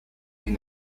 been